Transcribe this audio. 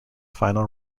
final